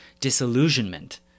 disillusionment